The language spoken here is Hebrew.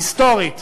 היסטורית,